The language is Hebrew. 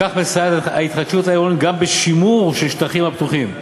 בכך מסייעת ההתחדשות העירונית גם בשימור של השטחים הפתוחים,